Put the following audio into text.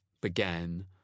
began